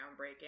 groundbreaking